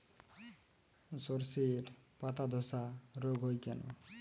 শর্ষের পাতাধসা রোগ হয় কেন?